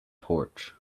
torch